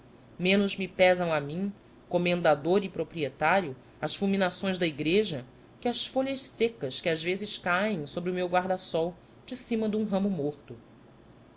menos me pesam a mim comendador e proprietário as fulminações da igreja que as folhas secas que às vezes caem sobre o meu guarda-sol de cima de um ramo morto